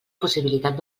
possibilitat